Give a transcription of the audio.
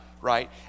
right